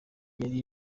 yari